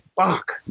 Fuck